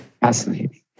Fascinating